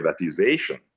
privatization